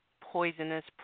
poisonous